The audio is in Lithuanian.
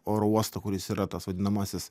oro uostą kuris yra tas vadinamasis